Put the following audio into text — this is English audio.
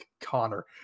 Connor